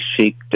seek